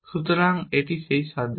সুতরাং এটি সেই স্বাদে